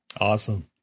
Awesome